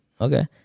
okay